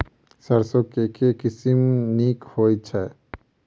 सैरसो केँ के किसिम नीक होइ छै?